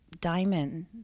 diamond